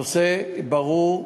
הנושא ברור,